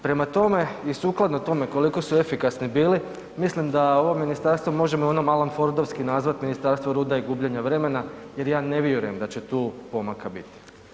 Prema tome i sukladno tome koliko su efikasni bili mislim da ovo ministarstvo možemo ono alanfordovski nazvat, Ministarstvo ruda i gubljenja vremena jer ja ne vjerujem da će tu pomaka biti.